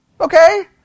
Okay